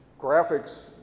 graphics